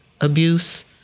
abuse